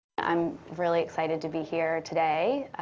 i'm really excited to be here today,